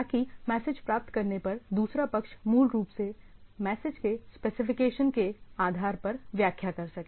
ताकि मैसेज प्राप्त करने पर दूसरा पक्ष मूल रूप से मैसेज के स्पेसिफिकेशन के आधार पर व्याख्या कर सके